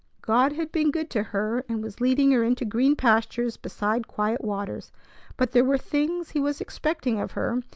god had been good to her, and was leading her into green pastures beside quiet waters but there were things he was expecting of her,